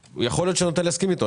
ויכול להיות שאני נוטה להסכים אתו.